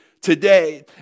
today